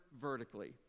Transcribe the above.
vertically